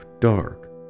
dark